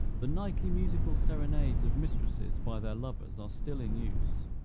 the nightly musical serenades of mistresses by their lovers are still in use.